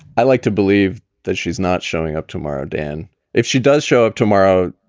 i like to believe that she's not showing up tomorrow. and if she does show up tomorrow,